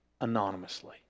anonymously